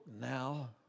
now